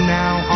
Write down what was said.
now